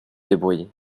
débrouiller